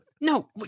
No